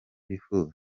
bifuza